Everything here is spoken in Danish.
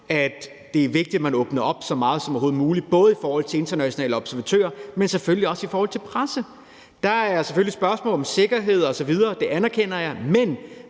det er vigtigt, at man så meget som overhovedet muligt åbner op, både i forhold til internationale observatører, men selvfølgelig også i forhold til pressen. Der er selvfølgelig et spørgsmål om sikkerhed osv., og det anerkender jeg, men